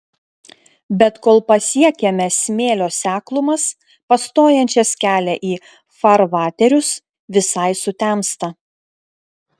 bet kol pasiekiame smėlio seklumas pastojančias kelią į farvaterius visai sutemsta